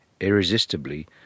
Irresistibly